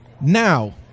Now